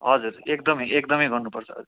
हजुर एकदमै एकदमै गर्नुपर्छ